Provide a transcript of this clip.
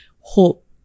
hope